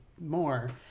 more